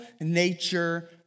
nature